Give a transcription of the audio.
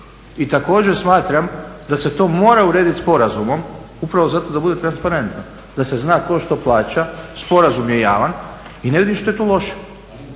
I također smatram da se to mora urediti sporazumom upravo zato da bude transparentno, da se zna tko što plaća, sporazum je javan i ne vidim što je tu loše.